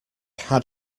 had